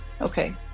Okay